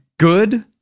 Good